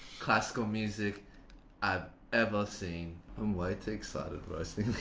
classical music i've ever seen. i'm way too excited roasting